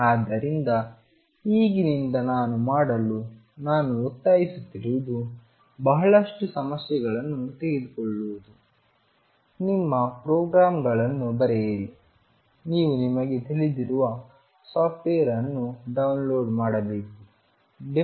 ಆದ್ದರಿಂದ ಈಗಿನಿಂದ ನಾನು ಮಾಡಲು ನಾನು ಒತ್ತಾಯಿಸುತ್ತಿರುವುದು ಬಹಳಷ್ಟು ಸಮಸ್ಯೆಗಳನ್ನು ತೆಗೆದುಕೊಳ್ಳುವುದು ನಿಮ್ಮ ಪ್ರೋಗ್ರಾಂಗಳನ್ನು ಬರೆಯಿರಿ ನೀವು ನಿಮಗೆ ತಿಳಿದಿರುವ ಸಾಫ್ಟ್ವೇರ್ ಅನ್ನು ಡೌನ್ಲೋಡ್ ಮಾಡಬೇಕು